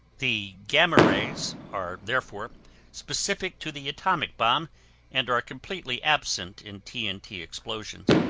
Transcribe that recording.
the gamma rays are therefore specific to the atomic bomb and are completely absent in t n t. explosions.